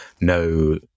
no